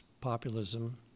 populism